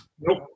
Nope